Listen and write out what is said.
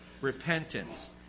repentance